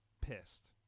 pissed